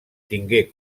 tingué